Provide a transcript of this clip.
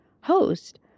host